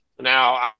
Now